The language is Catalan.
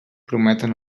prometen